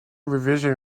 revision